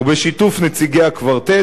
ובשיתוף עם נציגי הקוורטט.